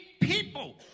people